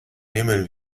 nehmen